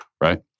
right